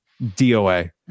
DOA